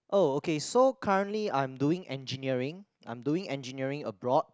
oh okay so currently I'm doing engineering I'm doing engineering abroad